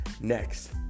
Next